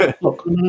Look